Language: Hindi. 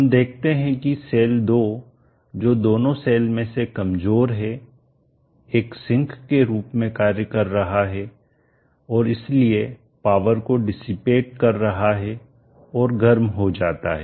हम देखते हैं कि सेल 2 जो दोनों सेल में से कमजोर है एक सिंक के रूप में काम कर रहा है और इसलिए पावर को डिसिपेट कर रहा है और गर्म हो जाता है